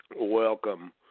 Welcome